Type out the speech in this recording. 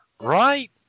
Right